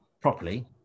properly